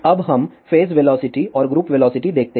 अब हम phase velocity और ग्रुप वेलोसिटी देखते हैं